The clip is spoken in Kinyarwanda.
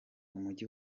umujyi